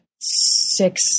six